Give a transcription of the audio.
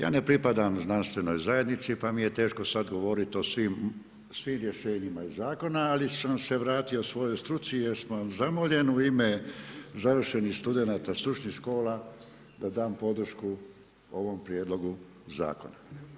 Ja ne pripadam znanstvenoj zajednici pa mi je teško sad govoriti o svim rješenjima iz zakona ali sam se vratio svojoj struci jer sam zamoljen u ime završenih studenata, stručnih škola da dam podršku ovom prijedlogu zakona.